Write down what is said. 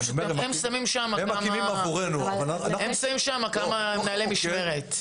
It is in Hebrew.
הם שמים שם כמה מנהלי משמרת.